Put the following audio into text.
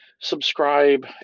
subscribe